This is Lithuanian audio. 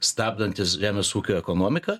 stabdantys žemės ūkio ekonomiką